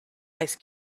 ice